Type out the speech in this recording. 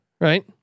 right